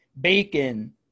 bacon